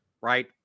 Right